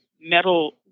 metal